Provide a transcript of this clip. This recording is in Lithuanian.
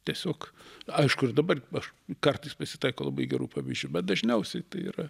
tiesiog aišku ir dabar aš kartais pasitaiko labai gerų pavyzdžių bet dažniausiai tai yra